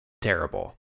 terrible